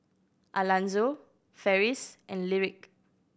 Alanzo Ferris and Lyric